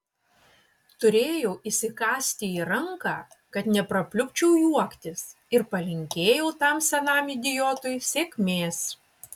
turėjau įsikąsti į ranką kad neprapliupčiau juoktis ir palinkėjau tam senam idiotui sėkmės